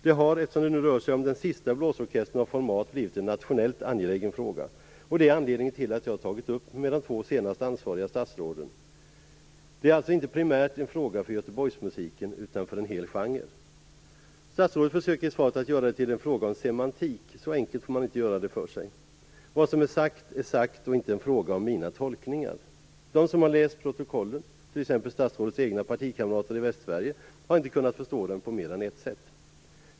Det har, eftersom det nu rör sig om den sista blåsorkestern av format, blivit en nationellt angelägen fråga. Det är anledningen till att jag har tagit upp detta med de två senast ansvariga statsråden. Detta är alltså inte primärt en fråga för Göteborgsmusiken utan en fråga för en hel genre. Statsrådet försöker i svaret att göra detta till en fråga om semantik. Så enkelt får man inte göra det för sig. Vad som är sagt är sagt. Det är inte en fråga om mina tolkningar. De som har läst protokollen, t.ex. statsrådets partikamrater i Västsverige, har inte kunnat förstå detta på mer än ett sätt.